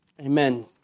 amen